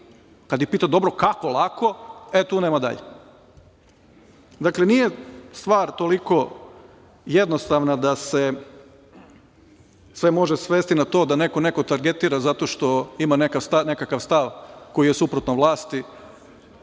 Kada ih pita – dobro, kako lako, e tu nema dalje. Dakle, nije stvar toliko jednostavna da se sve može svesti na to da neko nekog targetira zato što ima nekakav stav koji je suprotan vlasti.